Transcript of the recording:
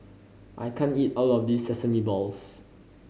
I can't eat all of this sesame balls